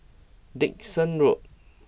Dickson Road